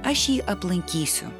aš jį aplankysiu